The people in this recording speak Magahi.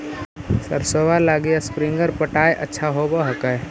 सरसोबा लगी स्प्रिंगर पटाय अच्छा होबै हकैय?